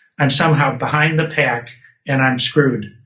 i'm somehow behind the pack and i'm screwed.